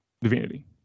Divinity